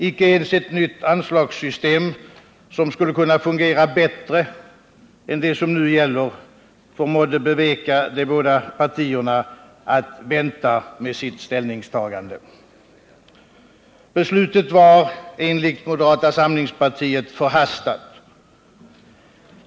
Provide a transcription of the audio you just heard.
Icke ens ett nytt anslagssystem, som skulle kunna fungera bättre än det som nu gäller, förmådde beveka de båda partierna att vänta med sitt ställningstagande. Beslutet var enligt moderata samlingspartiet förhastat.